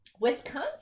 Wisconsin